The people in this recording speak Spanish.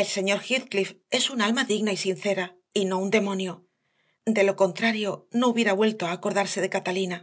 el señor heathcliff es un alma digna y sincera y no un demonio de lo contrario no hubiera vuelto a acordarse de catalina